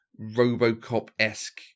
robocop-esque